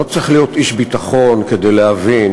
לא צריך להיות איש ביטחון כדי להבין